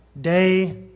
day